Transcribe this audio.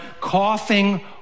coughing